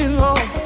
long